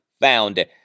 found